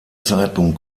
zeitpunkt